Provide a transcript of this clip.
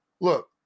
Look